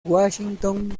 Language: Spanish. washington